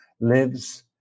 lives